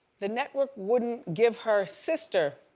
the network wouldn't give her sister